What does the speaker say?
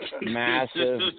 Massive